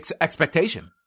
expectation